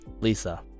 lisa